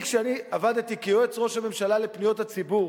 כשאני עבדתי כיועץ ראש הממשלה לפניות הציבור,